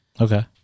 Okay